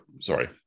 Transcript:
Sorry